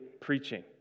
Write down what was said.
preaching